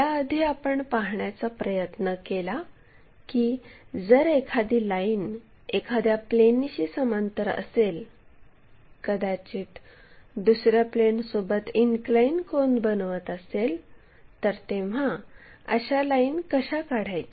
या आधी आपण पाहण्याचा प्रयत्न केला की जर एखादी लाईन एखाद्या प्लेनशी समांतर असेल कदाचित दुसर्या प्लेनसोबत इनक्लाइन कोन बनवत असेल तर तेव्हा अशा लाईन कशा काढायच्या